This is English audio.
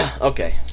Okay